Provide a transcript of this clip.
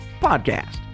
podcast